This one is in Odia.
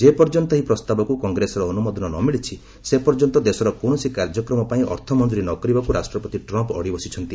ଯେପର୍ଯ୍ୟନ୍ତ ଏହି ପ୍ରସ୍ତାବକୁ କଂଗ୍ରେସରେ ଅନୁମୋଦନ ନ ମିଳିଛି ସେପର୍ଯ୍ୟନ୍ତ ଦେଶର କୌଣସି କାର୍ଯ୍ୟକ୍ରମପାଇଁ ଅର୍ଥ ମଞ୍ଜୁରି ନ କରିବାକୁ ରାଷ୍ଟ୍ରପତି ଟ୍ରମ୍ପ୍ ଅଡ଼ିବସିଛନ୍ତି